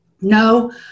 no